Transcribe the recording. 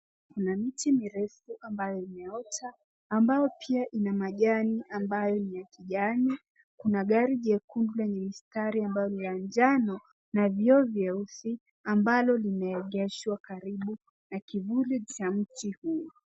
Kuna miti mirefu ambayo imeota ambao pia ina majani ambayo ni ya kijani. Kuna gari jekundu lenye mistari ambayo ni ya njano na vioo vyeusi ambalo limegeeshwa karibu na kivuli cha mti huu.